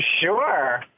Sure